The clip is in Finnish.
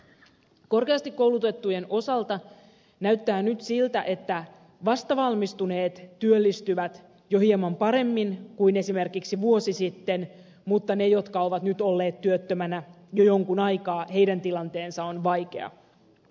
korkeasti koulutettujen osalta näyttää nyt siltä että vastavalmistuneet työllistyvät jo hieman paremmin kuin esimerkiksi vuosi sitten mutta niiden jotka ovat nyt olleet työttöminä jo jonkun aikaa tilanne on vaikea